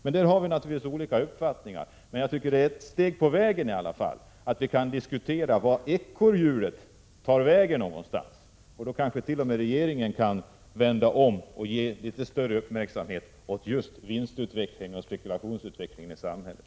Vi har naturligtvis olika uppfattningar härvidlag, men jag tycker ändå att det är ett steg framåt att diskutera hur ekorrhjulet verkar. Det kan kanske t.o.m. leda till att regeringen vänder om och börjar ägna litet större uppmärksamhet åt vinstoch spekulationsutvecklingen i samhället.